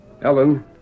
Ellen